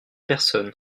personnes